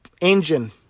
engine